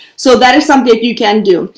so that is something you can do.